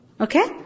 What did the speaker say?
Okay